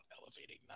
Elevating